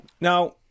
Now